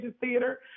Theater